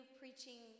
preaching